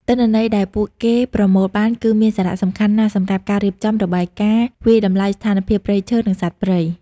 ទិន្នន័យដែលពួកគេប្រមូលបាន គឺមានសារៈសំខាន់ណាស់សម្រាប់ការរៀបចំ របាយការណ៍វាយតម្លៃស្ថានភាពព្រៃឈើ និងសត្វព្រៃ។